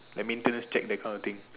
like maintenance check that kind of thing